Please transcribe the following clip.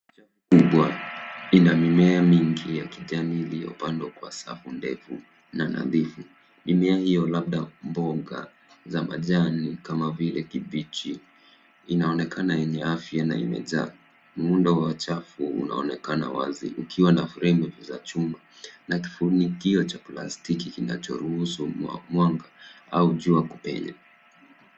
Chafu kubwa ina mimea mingi ya kijani iliyopandwa kwa safu ndefu, na nadhifu, mimea hiyo labda mboga za majani kama vile kabichi, inaonekana yenye afya na imejaa. Muundo wa chafu unaonekana wazi, ukiwa na fremu za chuma na kifunikio cha plastiki kinacho ruhusu mwanga au jua kupenya.